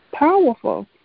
Powerful